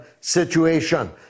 situation